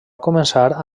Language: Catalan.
començar